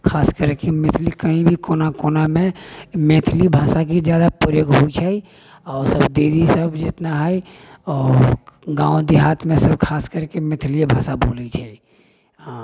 खास करि के मैथिली कहीं भी कोना कोना मे मैथिली भाषा के जादा प्रयोग होइ छै आ ओ सब दीदी सब जितना है ओ गाँव देहात मे सब खास करि के मैथिलिये भाषा बोलै छै हँ